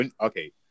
okay